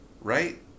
Right